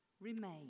Remain